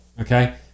okay